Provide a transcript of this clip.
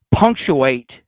punctuate